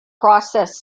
process